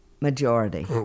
majority